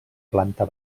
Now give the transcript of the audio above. planta